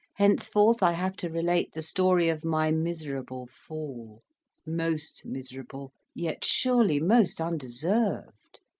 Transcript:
henceforth i have to relate the story of my miserable fall most miserable, yet surely most undeserved!